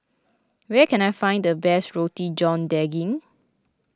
where can I find the best Roti John Daging